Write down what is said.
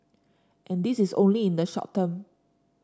and this is only in the short term